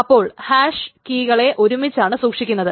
അപ്പോൾ ഹാഷ് കീകളെ ഒരുമിച്ചാണ് സൂക്ഷിക്കുന്നത്